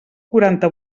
quaranta